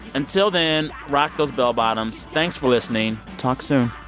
until then, rock those bellbottoms. thanks for listening. talk soon.